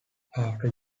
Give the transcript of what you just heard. after